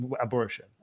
abortion